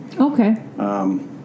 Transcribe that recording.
Okay